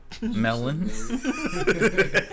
Melon